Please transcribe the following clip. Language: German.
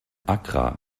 accra